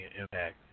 impact